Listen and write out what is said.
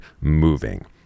moving